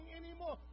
anymore